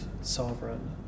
sovereign